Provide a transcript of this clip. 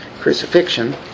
Crucifixion